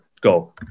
Go